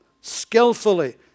skillfully